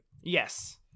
Yes